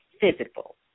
physical